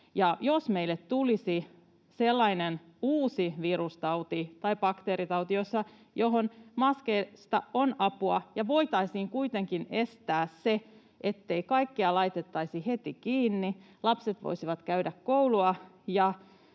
jos meille tulisi sellainen uusi virustauti tai bakteeritauti, johon maskeista on apua, ja voitaisiin kuitenkin estää se, että kaikki laitettaisiin heti kiinni — lapset voisivat käydä koulua